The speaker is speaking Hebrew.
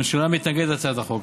הממשלה מתנגדת להצעת החוק.